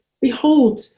behold